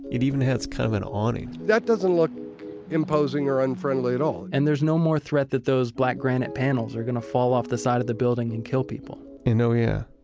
it even has kind of an awning that doesn't look imposing or unfriendly at all. and there's no more threat that those black granite panels are going to fall off the side of the building and kill people and, oh yeah,